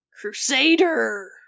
crusader